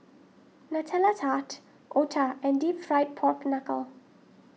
Nutella Tart Otah and Deep Fried Pork Knuckle